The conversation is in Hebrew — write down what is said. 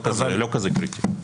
זה לא כזה קריטי.